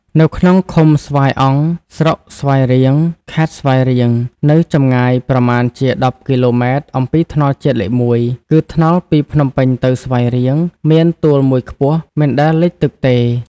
នៅក្នុងឃុំស្វាយអង្គ ស្រុកស្វាយរៀង ខេត្តស្វាយរៀង នៅចម្ងាយ ប្រមាណជា ១០ គ.ម. អំពីថ្នល់ជាតិលេខ ១ (គឺថ្នល់ពីភ្នំពេញទៅស្វាយរៀង) មានទួលមួយខ្ពស់ មិនដែលលិចទឹកទេ ។